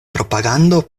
propagando